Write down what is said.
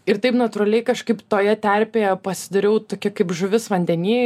ir taip natūraliai kažkaip toje terpėje pasidariau tokia kaip žuvis vandeny